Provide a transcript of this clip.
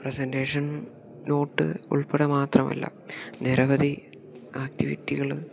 presentation note ഉൾപ്പെടെ മാത്രമല്ല നിരവധി ആക്ടിവിറ്റികള്